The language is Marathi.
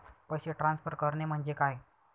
पैसे ट्रान्सफर करणे म्हणजे काय?